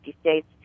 states